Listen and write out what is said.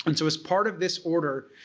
and so as part of this order,